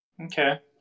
Okay